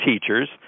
teachers